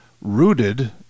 rooted